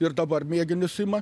ir dabar mėginius ima